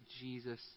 Jesus